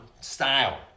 style